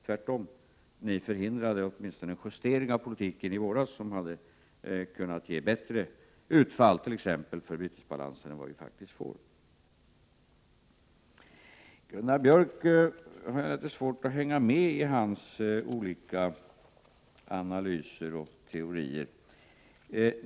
Tvärtom förhindrade ni en justering av politiken i våras som hade 51 kunnat ge ett bättre utfall, t.ex. för bytesbalansen, än vad vi faktiskt får. Gunnar Björks olika analyser och teorier har jag litet svårt att hänga med i.